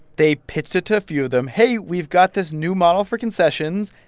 they pitched it to a few of them. hey, we've got this new model for concessions,